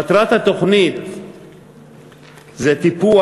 מטרת התוכנית היא טיפוח,